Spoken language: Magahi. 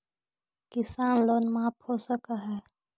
किसान लोन माफ हो सक है?